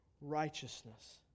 righteousness